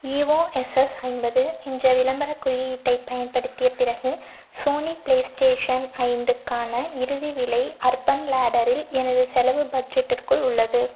EOSS ஐம்பது என்ற விளம்பரக் குறியீட்டைப் பயன்படுத்திய பிறகு சோனி ப்ளே ஸ்டேஷன் ஐந்துக்கான இறுதி விலை அர்பன் லாடரில் எனது செலவு பட்ஜெட்டிற்குள் உள்ளது